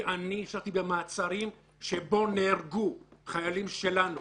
ואני אישרתי גם מעצרים שבהם נהרגו חיילים שלנו